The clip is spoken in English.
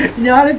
not